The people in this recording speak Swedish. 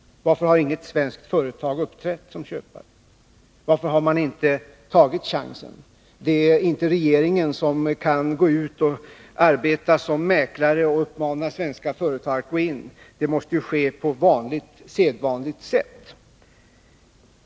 Varför har inget svenskt företag uppträtt som köpare? Varför har man inte tagit chansen? Regeringen kan inte arbeta som mäklare och uppmana svenska företag att gå in — det måste ske på sedvanligt sätt.